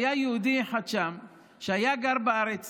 היה שם יהודי אחד שהיה גר בארץ